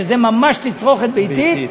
שזה ממש תצרוכת ביתית,